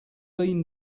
been